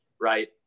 right